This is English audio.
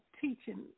teaching